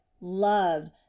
loved